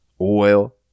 Oil